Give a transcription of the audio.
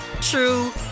true